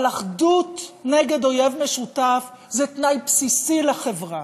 אבל אחדות נגד אויב משותף זה תנאי בסיסי לחברה,